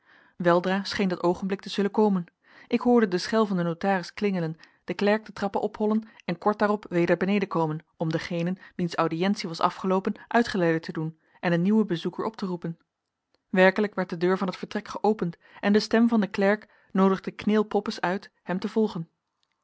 weldra scheen dat oogenblik te zullen komen ik hoorde de schel van den notaris klingelen den klerk de trappen ophollen en kort daarop weder beneden komen om dengenen wiens audiëntie was afgeloopen uitgeleide te doen en een nieuwen bezoeker op te roepen werkelijk werd de deur van het vertrek geopend en de stem van den klerk noodigde kneel poppes uit hem te volgen